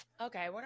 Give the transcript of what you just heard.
okay